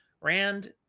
Rand